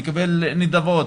לקבל נדבות.